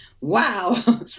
wow